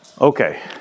Okay